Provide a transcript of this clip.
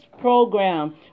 program